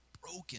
broken